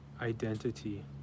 identity